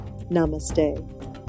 namaste